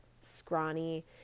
scrawny